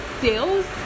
sales